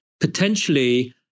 potentially